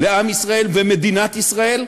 לעם ישראל ומדינת ישראל,